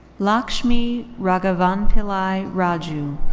lakshmi raghavanpillai raju.